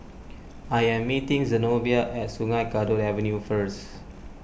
I am meeting Zenobia at Sungei Kadut Avenue first